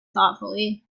thoughtfully